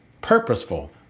purposeful